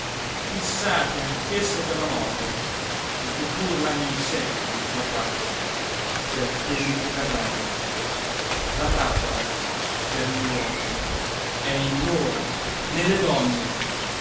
fissate anch'esse per la morte e che pur l'hanno in sé la trappola per quelli che verranno la trappola per noi uomini è in loro nelle donne